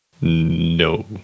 no